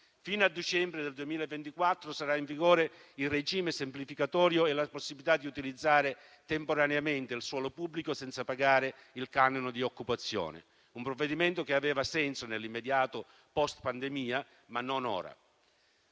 Fino a dicembre del 2024 saranno in vigore il regime semplificatorio e la possibilità di utilizzare temporaneamente il suolo pubblico senza pagare il canone di occupazione: è un provvedimento che aveva senso nell'immediato post-pandemia, ma non ora.